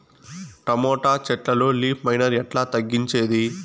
Tomato చెట్లల్లో leaf miner ఎట్లా తగ్గించేది?